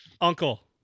Uncle